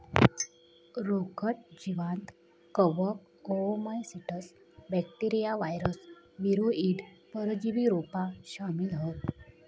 रोगट जीवांत कवक, ओओमाइसीट्स, बॅक्टेरिया, वायरस, वीरोइड, परजीवी रोपा शामिल हत